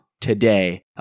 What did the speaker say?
today